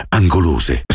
Angolose